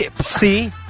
See